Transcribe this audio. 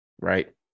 right